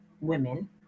women